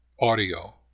audio